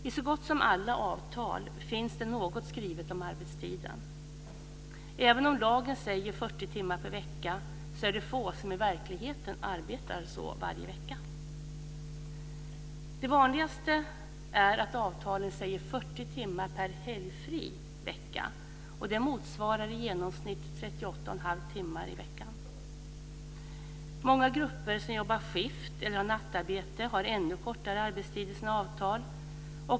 I så gott som alla avtal finns det något skrivet om arbetstiden. Även om lagen säger 40 timmar per vecka är det få som arbetar så varje vecka i verkligheten. Det vanligaste är att avtalen säger 40 timmar per helgfri vecka. Det motsvarar i genomsnitt 38,5 timmar i veckan. Många grupper som jobbar skift eller har nattarbete har ännu kortare arbetstid i sina avtal.